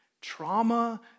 trauma